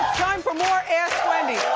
time for more ask wendy.